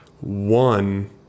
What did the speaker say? One